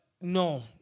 no